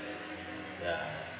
ya